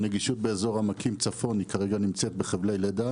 הנגישות באזור העמקים צפון כרגע נמצאת בחבלי לידה